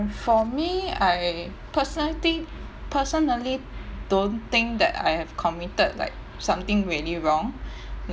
for me I personally think personally don't think that I have committed like something really wrong